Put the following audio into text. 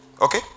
Okay